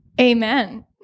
Amen